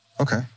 Okay